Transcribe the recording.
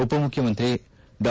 ಉಪಮುಖ್ಯಮಂತ್ರಿ ಡಾ